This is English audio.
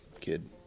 kid